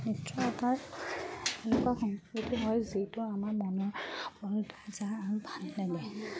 নৃত্য এটা এনেকুৱা সংস্কৃতি হয় যিটো আমাৰ মনৰ পঢ়ি থাক আৰু ভাল লাগে